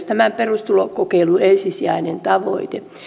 tämän perustulokokeilun ensisijainen tavoite työn